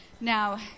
Now